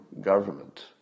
government